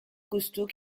costaud